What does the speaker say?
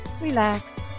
relax